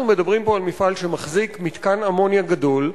אנחנו מדברים פה על מפעל שמחזיק מכל אמוניה גדול,